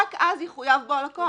רק אז יחויב בו הלקוח.